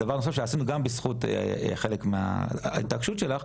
הדבר הנוסף שעשינו גם בזכות חלק מההתעקשות שלך,